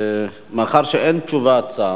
מאחר שאין תשובת שר,